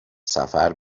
سفر